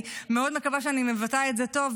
אני מאוד מקווה שאני מבטאת את זה טוב,